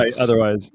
otherwise